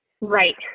Right